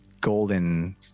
golden